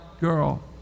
girl